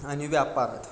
आणि व्यापारात